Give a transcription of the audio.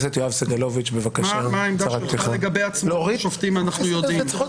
מה העמדה שלך לגבי עצמאות שופטים אנחנו יודעים,